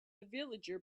villager